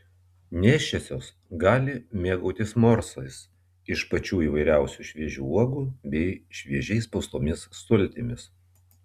nėščiosios gali mėgautis morsais iš pačių įvairiausių šviežių uogų bei šviežiai spaustomis sultimis